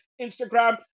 Instagram